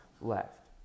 left